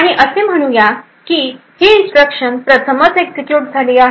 आणि असे म्हणूया की ही इन्स्ट्रक्शन प्रथमच एक्झिक्युट झालेली आहे